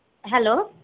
hello